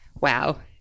Wow